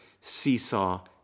seesaw